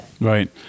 Right